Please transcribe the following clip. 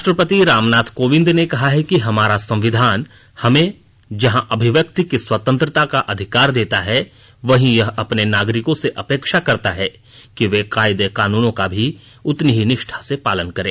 राष्ट्रपति रामनाथ कोविंद ने कहा है कि हमारा संविधान हमें जहां अभिव्यक्ति की स्वतंत्रता का अधिकार देता है वहीं यह अपने नागरिकों से अपेक्षा करता है कि वे कायदे कानूनों का भी उतनी ही निष्ठा से पालन करें